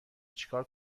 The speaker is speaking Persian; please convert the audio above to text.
چیکار